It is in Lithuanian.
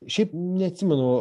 šiaip neatsimenu